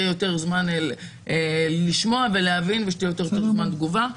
שלעציר יהיה יותר זמן לשמוע ולהבין ושיהיה לו יותר זמן תגובה.